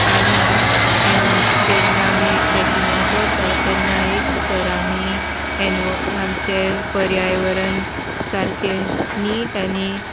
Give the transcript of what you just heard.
आमी जे जेन्ना आमी ट्रेकिंगाक वता तेन्ना एक तर आमी एनवो आमचें पर्यावरण सारकें नीट आनी